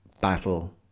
battle